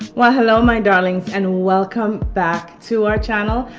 well hello, my darlings and welcome back to our channel.